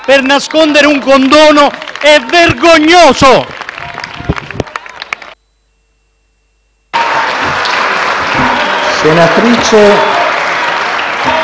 per nascondere un condono è vergognoso!